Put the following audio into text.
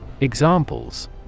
Examples